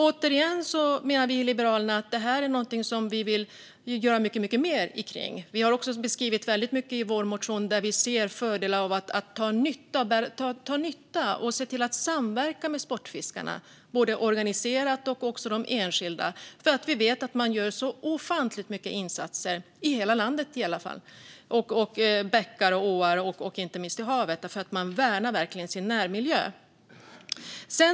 Vi i Liberalerna vill göra mycket mer kring detta. I vår motion har vi beskrivit fördelarna med att samverka med och dra nytta av både de organiserade och de enskilda sportfiskarna, eftersom vi vet att man gör så ofantligt mycket insatser i hela landets bäckar och åar och inte minst i havet. Man värnar verkligen sin närmiljö.